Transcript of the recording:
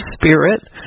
Spirit